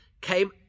came